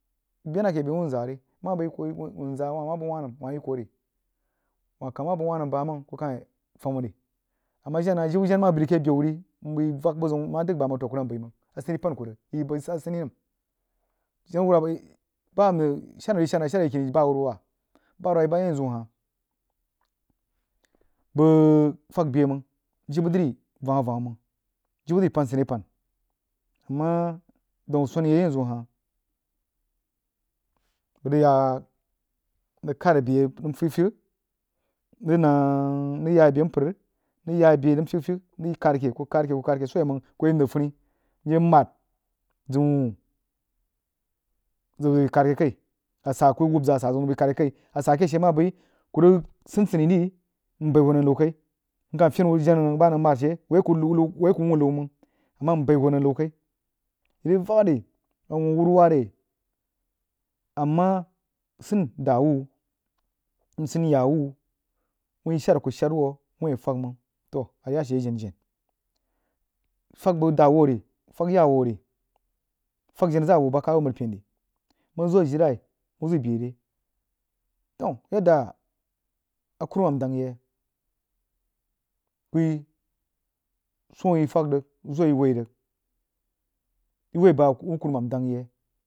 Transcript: Ku beh na keh beh wunza ri, kuyi wunza ma bəg wannəm wah yi kuh ri wah ka ma bəg wannəm bam kuh kayi fam ri, ama jen na jibbə ma bai keh beh wuh ri mbai vak bəg zin nnadagha bam ku dan bai məng aseni pan kurigi yi bəg aseni nəm jenna wunwa shar ayi ng shad hah irig shad akini bah wurwa bah wurwa yi bəg yanzu huh bəg fəg beh məng jibbə ni vam-awam məng, jibbə nri pan aseni pan mona dau swani yi ayanzu hali bəg ng yək nng khad boyi nəm fyegha-fyegha nrig yabe mpər nrig yabe nəm fyegha-fyegha ku khad keh-ka khad keh so awo məng ku yim zəg funni mye mad zəg wuoh zəg bai khad kai mye wubba zəg asan zeun zəg bai khad keh kai asan keh shee ma bai ku san mpər seni ri mbai huoh nəng nan kai, mkah fein huoh nəng jenna ba nəng mad she woi aku wuoh nau məng ama mbai huoh nəng nau kai yi vak riawuh wuoah wurwa re, amma san danwuh, nsan yaawuh wun shar-aku shad wuh wuin a fag məng toh aya she jerjen fəg bəg daawah ri, fəg yaawah ri, fəg jenna zaa wuh ba khad wuh mripon ri mok zəg ajirenai mau zəg baire toh yadda akumman dangha yi kuyi suoh yi fəg nyi zoo yi woi rig yi woi bah wuh kurumam dangha yi